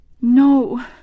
No